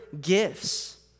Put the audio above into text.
gifts